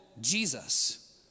Jesus